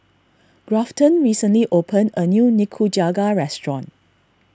Grafton recently opened a new Nikujaga restaurant